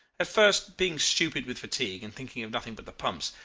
at first, being stupid with fatigue and thinking of nothing but the pumps,